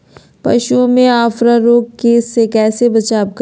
पशुओं में अफारा रोग से कैसे बचाव करिये?